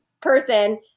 person